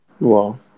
Wow